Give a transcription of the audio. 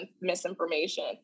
misinformation